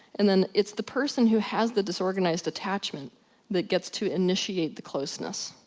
and then it's the person who has the disorganized attachment that gets to initiate the closeness.